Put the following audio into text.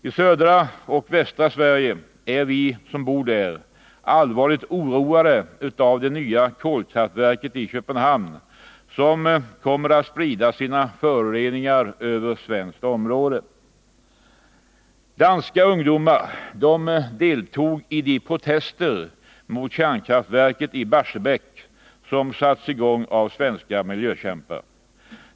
I södra och västra Sverige är vi allvarligt oroade av det nya kolkraftverket i Köpenhamn, som kommer att sprida sina föroreningar över svenskt område. Danska ungdomar deltog i de protester mot kärnkraftverket i Barsebäck som satts i gång av svenska miljökämpar.